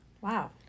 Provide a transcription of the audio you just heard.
Wow